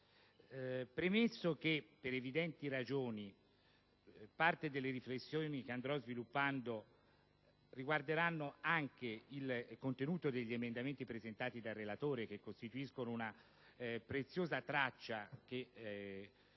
Premesso che, per evidenti ragioni, parte delle riflessioni che andrò a sviluppare riguarderà anche il contenuto degli emendamenti presentati dal relatore, che costituiscono una preziosa traccia che